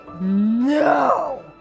No